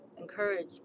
encourage